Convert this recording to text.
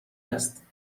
است